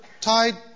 tied